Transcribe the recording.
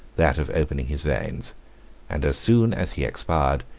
that of opening his veins and as soon as he expired,